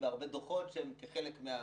בהרבה דוחות שהם חלק מהנורמה,